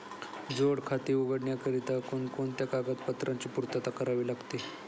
जोड खाते उघडण्याकरिता कोणकोणत्या कागदपत्रांची पूर्तता करावी लागते?